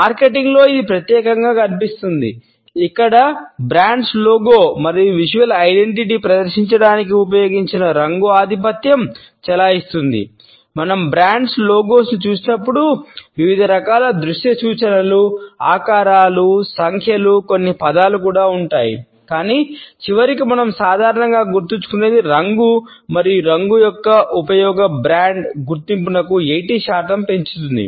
మార్కెటింగ్లో గుర్తింపును 80 శాతానికి పెంచుతుంది